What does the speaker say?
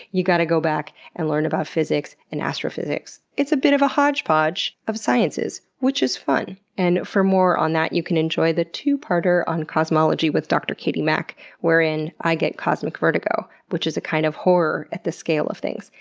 you have to go back and learn about physics and astrophysics. it's a bit of a hodge-podge of sciences, which is fun. and for more on that, you can enjoy the two-parter on cosmology with dr. katie mack wherein i get cosmic vertigo, which is a kind of horror at the scale of things.